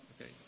okay